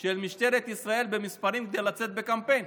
של משטרת ישראל במספרים כדי לצאת בקמפיין,